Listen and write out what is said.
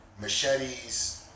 machetes